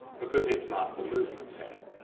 because its not the movement pattern.